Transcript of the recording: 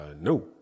No